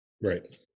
Right